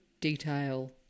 detail